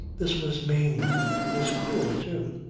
this was mean. it was cruel too.